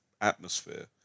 atmosphere